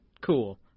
cool